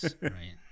Right